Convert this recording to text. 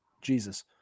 Jesus